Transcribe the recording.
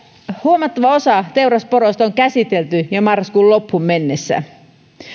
huomattava osa teurasporoista on käsitelty jo marraskuun loppuun mennessä